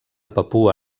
papua